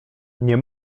nie